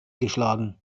geschlagen